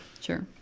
Sure